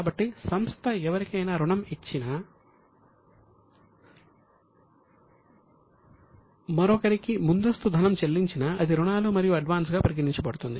కాబట్టి సంస్థ ఎవరికైనా రుణం ఇచ్చినా లేదా మరొకరికి ముందస్తుగా ధనం చెల్లించినా అది లోన్స్ మరియు అడ్వాన్స్గా పరిగణించబడుతుంది